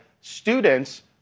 students